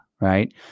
right